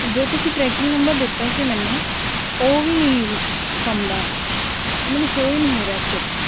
ਜੋ ਤੁਸੀਂ tracking number ਦਿੱਤਾ ਸੀ ਮੈਨੂੰ ਉਹ ਵੀ ਨਹੀਂ ਕੰਮ ਦਾ ਹੈ ਉਹ ਮੈਨੂੰ ਸ਼ੋਅ ਹੀ ਨਹੀਂ ਹੋ ਰਿਹਾ ਐਕਚੁਅਲ 'ਚ